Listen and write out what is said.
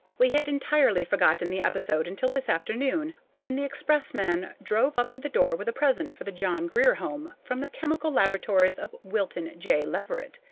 we had entirely forgotten the episode until this afternoon, when the expressman drove up to the door with a present for the john grier home from the chemical laboratories of wilton j. leverett.